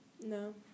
No